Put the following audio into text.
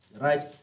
right